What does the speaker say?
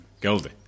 Goldie